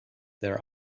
their